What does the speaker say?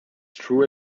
true